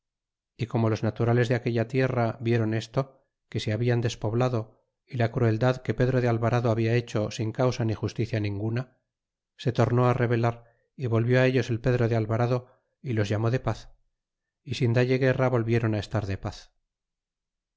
y como los naturales de aquella tierra viéron esto que se hablan despoblado é la crueldad que pedro de alvarado habla hecho sin causa ni justicia ninguna se tornó rebelar y volvió ellos el pedro de alvarado y los llamó de paz y sin dalle guerra volvieron estar de paz